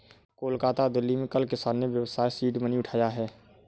कोलकाता और दिल्ली में कल किसान ने व्यवसाय सीड मनी उठाया है